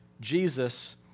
Jesus